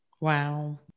Wow